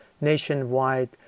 nationwide